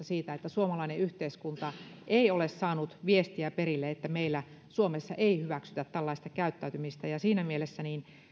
siitä että suomalainen yhteiskunta ei ole saanutä perille viesti että meillä suomessa ei hyväksytä tällaista käyttäytymistä siinä mielessä